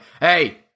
hey